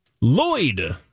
Lloyd